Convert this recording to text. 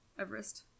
Everest